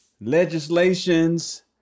legislations